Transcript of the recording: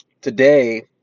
today